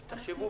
אז תחשבו